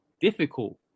difficult